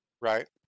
Right